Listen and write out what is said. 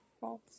false